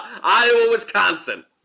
Iowa-Wisconsin